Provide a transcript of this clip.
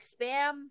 spam